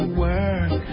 work